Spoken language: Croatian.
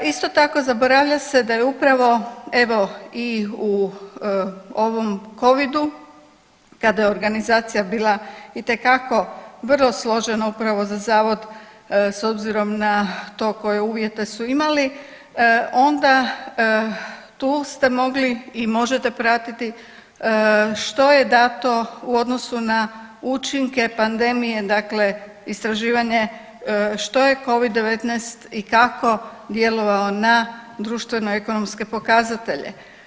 I Isto tako zaboravlja se da je upravo evo i u ovom covidu kada je organizacija bila itekako vrlo složena upravo za zavod s obzirom na to koje uvjete su imali onda tu ste mogli i možete pratiti što je dato u odnosu na učinke pandemije dakle istraživanje što je covid-19 i kako djelovao na društveno ekonomske pokazatelje.